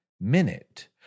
minute